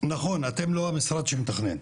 נכון אתם לא המשרד שמתכנן,